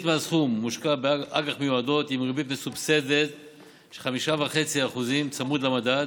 מחצית מהסכום מושקע באג"ח מיועדות עם ריבית מסובסדת של 5.5% צמוד למדד,